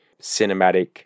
cinematic